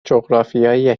جغرافیایی